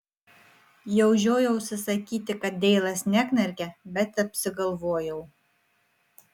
jau žiojausi sakyti kad deilas neknarkia bet apsigalvojau